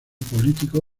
político